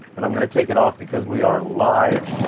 but i'm gonna take it off because we are live.